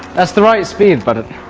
that's the right speed but. that